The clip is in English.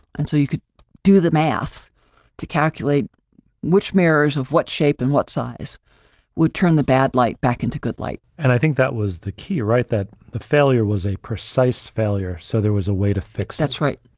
until you could do the math to calculate which mirrors of what shape and what size would turn the bad light back into good light. and i think that was the key, right, that the failure was a precise failure. so, there was a way to fix itsullivan that's right.